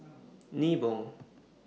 Nibong